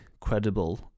credible